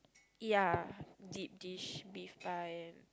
ya deep dish beef pie